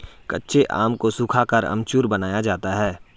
कच्चे आम को सुखाकर अमचूर बनाया जाता है